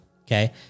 okay